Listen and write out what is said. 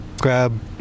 grab